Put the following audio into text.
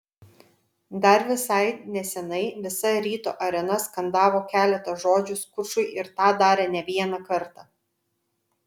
dar visai nesenai visa ryto arena skandavo keletą žodžių skučui ir tą darė ne vieną kartą